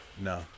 No